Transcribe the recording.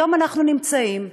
היום אנחנו נמצאים כאן,